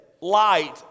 light